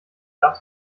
darf